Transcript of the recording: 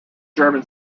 german